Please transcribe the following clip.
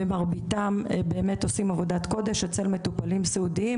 ומרביתם באמת עושים עבודת קודש אצל מטופלים סיעודיים